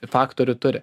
faktorių turi